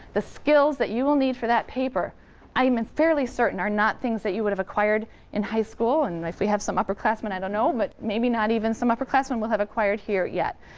the skills that you will need for that paper i am and fairly certain are not things that you would've acquired in high school and, if we have some upperclassmen i don't know, but maybe not even some upperclassmen will have acquired here yet.